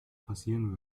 passieren